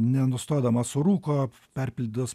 nenustodamas rūko perpildytos